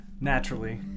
Naturally